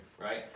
right